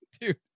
Dude